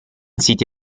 siti